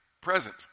present